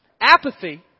Apathy